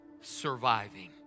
surviving